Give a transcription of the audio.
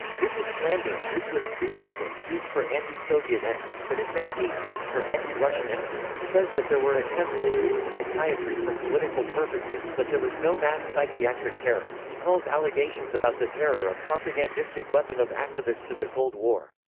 this is slander, which was used for anti-soviet ends, but is now being used for anti-russian ends. he says that there were attempts to use of psychiatry for political purposes but there was no mass psychiatric terror, he calls allegations about the terror a propagandistic weapon of activists of the cold war.